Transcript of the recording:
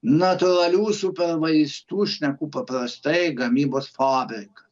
natūralių supermaistų šneku paprastai gamybos fabriką